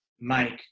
make